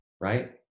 right